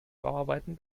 bauarbeiten